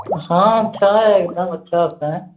हँ छै सभ अच्छा छै